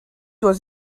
was